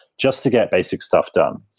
just to get basic stuff done.